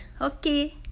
okay